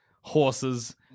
horses